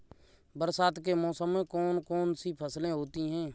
बरसात के मौसम में कौन कौन सी फसलें होती हैं?